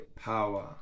power